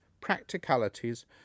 practicalities